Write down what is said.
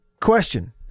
Question